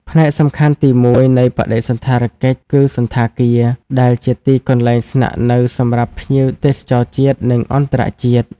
ផ្នែកសំខាន់ទីមួយនៃបដិសណ្ឋារកិច្ចគឺសណ្ឋាគារ ដែលជាទីកន្លែងស្នាក់នៅសម្រាប់ភ្ញៀវទេសចរជាតិ និងអន្តរជាតិ។